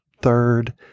third